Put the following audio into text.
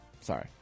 Sorry